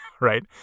right